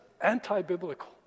anti-biblical